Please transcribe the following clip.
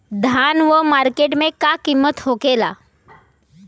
धान क मार्केट में का कीमत होखेला?